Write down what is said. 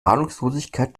ahnungslosigkeit